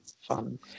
fun